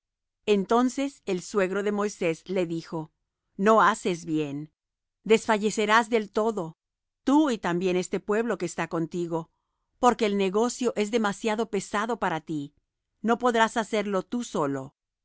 entonces el suegro de moisés le dijo no haces bien desfallecerás del todo tú y también este pueblo que está contigo porque el negocio es demasiado pesado para ti no podrás hacerlo tú solo